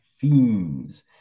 themes